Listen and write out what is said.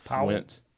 went